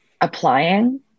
applying